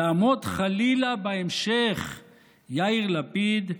יעמוד חלילה בהמשך יאיר לפיד,